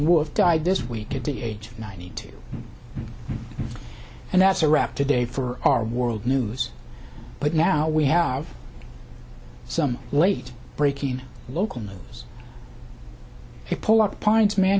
wolf died this week at the age of ninety two and that's a wrap today for our world news but now we have some late breaking local news